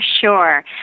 sure